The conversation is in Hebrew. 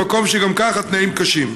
במקום שגם כך התנאים בו קשים.